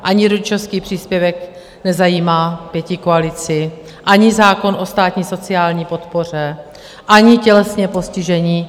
Ani rodičovský příspěvek nezajímá pětikoalici, ani zákon o státní sociální podpoře, ani tělesně postižení.